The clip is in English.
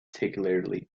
particularly